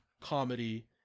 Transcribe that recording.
comedy